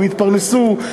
הם יתפרנסו,